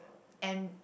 and